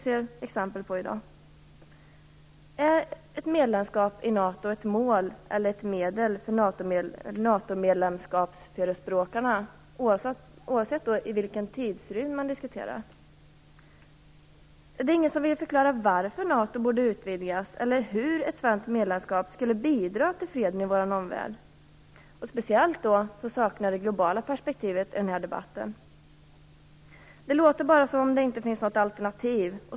Är ett medlemskap i NATO ett mål eller ett medel för förespråkarna, oavsett vilken tidsrymd man diskuterar? Ingen vill förklara varför NATO borde utvidgas eller hur ett svenskt medlemskap skulle bidra till freden i vår omvärld. Jag saknar speciellt det globala perspektivet i den här debatten. Det låter som om det inte finns något alternativ.